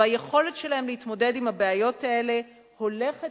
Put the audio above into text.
והיכולת שלהם להתמודד עם הבעיות האלה הולכת